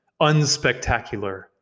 unspectacular